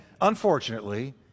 unfortunately